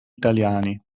italiani